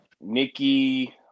Nikki